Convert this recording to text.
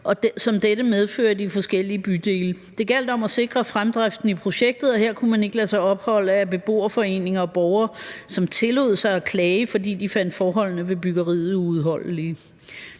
medførte i forskellige bydele. Det gjaldt om at sikre fremdriften i projektet, og her kunne man ikke lade sig opholde af beboerforeninger og borgere, som tillod sig at klage, fordi de fandt forholdene ved byggeriet uudholdelige.